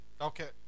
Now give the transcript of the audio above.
Okay